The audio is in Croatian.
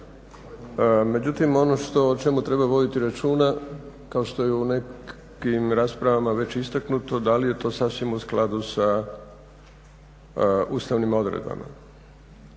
Međutim, ono o čemu treba voditi računa kao što je već u nekim raspravama već istaknuto da li je to sasvim u skladu sa ustavnim odredbama.